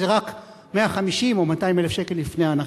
שזה רק 150,000 או 200,000 שקל לפני הנחה.